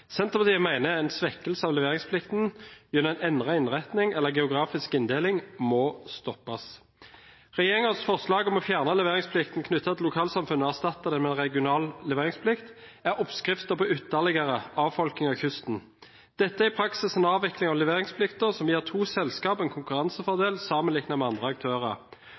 Senterpartiet mener en svekkelse av leveringsplikten gjennom en endret innretning eller geografisk inndeling, må stoppes. Regjeringens forslag om å fjerne leveringsplikten knyttet til lokalsamfunnene og erstatte det med regional leveringsplikt, er oppskriften på ytterligere avfolking av kysten. Dette er i praksis en avvikling av leveringsplikten som gir to selskap en konkurransefordel sammenliknet med andre aktører.